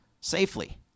safely